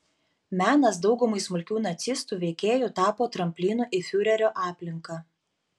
menas daugumai smulkių nacistų veikėjų tapo tramplinu į fiurerio aplinką